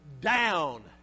down